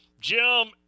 Jim